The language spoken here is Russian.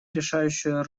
решающую